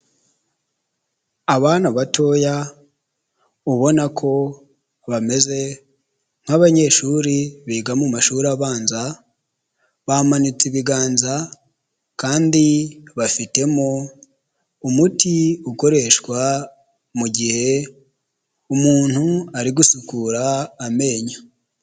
Abana batoya ubona ko bameze nk'abanyeshuri biga mu mashuri abanza bamanitse ibiganza kandi bafitemo umuti ukoreshwa mu gihe umuntu ari gusukura amenyo.